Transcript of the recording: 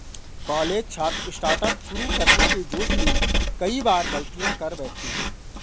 college छात्र startup शुरू करने के जोश में कई बार गलतियां कर बैठते हैं